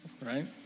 right